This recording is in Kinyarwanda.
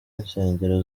insengero